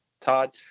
Todd